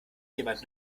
jemand